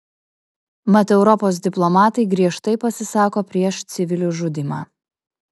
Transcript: mat europos diplomatai griežtai pasisako prieš civilių žudymą